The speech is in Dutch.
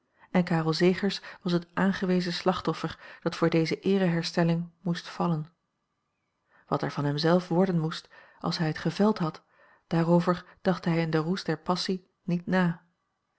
en karel zegers was het aangewezen slachtoffer dat voor deze eereherstelling moest vallen wat er van hem zelf worden moest als hij het geveld had daarover dacht hij in den roes der passie niet na